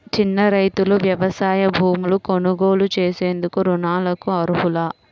చిన్న రైతులు వ్యవసాయ భూములు కొనుగోలు చేసేందుకు రుణాలకు అర్హులా?